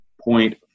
point